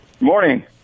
Morning